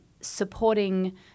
supporting